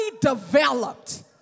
developed